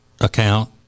account